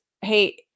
hey